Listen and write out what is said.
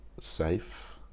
safe